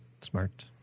Smart